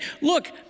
look